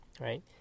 right